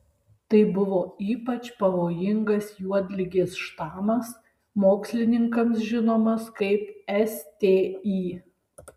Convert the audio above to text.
tai buvo ypač pavojingas juodligės štamas mokslininkams žinomas kaip sti